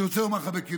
אני רוצה לומר לך בכנות,